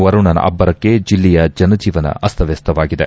ವರುಣನ ಅಬ್ಲರಕ್ಕೆ ಜಿಲ್ಲೆಯ ಜನಜೀವನ ಅಸ್ತಮ್ನಸ್ವಾಗಿದೆ